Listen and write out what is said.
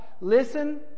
Listen